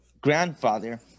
grandfather